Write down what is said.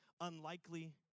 unlikely